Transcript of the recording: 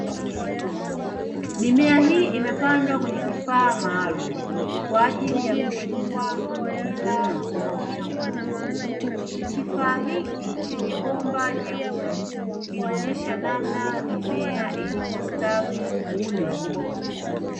Mimea hii imepandwa kwenye kifaa maalumu kwa ajili ya kukua bila kutumia udongo. Kifaa hiki chenye bomba jeupe kinaonyesha namna mimea ilivyostawi vizuri.